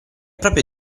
proprio